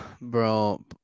bro